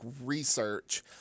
research